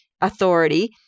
authority